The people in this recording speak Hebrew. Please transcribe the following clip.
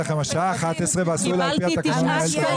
השעה 11:00 ואסור להפר את תקנון המליאה.